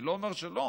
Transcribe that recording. אני לא אומר שלא,